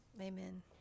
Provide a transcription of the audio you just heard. amen